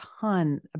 ton